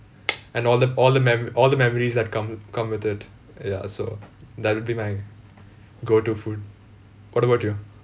and all the all the mem~ all the memories that come come with it ya so that would be my go to food what about you